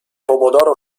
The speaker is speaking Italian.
pomodoro